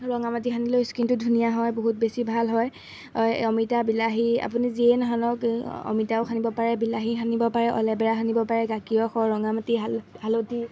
ৰঙা মাটি সানিলেও স্কিনটো ধুনীয়া হয় বহুত বেছি ভাল হয় অমিতা বিলাহী আপুনি যিয়ে নাসানক অমিতাও সানিব পাৰে বিলাহী সানিব পাৰে অলেবেৰা সানিব পাৰে গাখীৰৰ সৰ ৰঙা মাটি হালধি